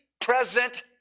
present